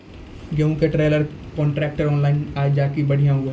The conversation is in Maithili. गेहूँ का ट्रेलर कांट्रेक्टर ऑनलाइन जाए जैकी बढ़िया हुआ